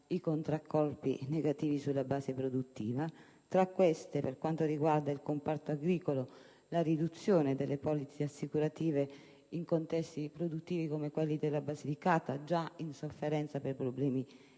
i contraccolpi negativi sulla base produttiva; tra questi, per quanto riguarda il comparto agricolo, la riduzione delle polizze assicurative in contesti produttivi come quelli della Basilicata, già in sofferenza per problemi di